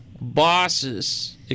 bosses